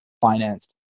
financed